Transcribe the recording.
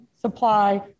supply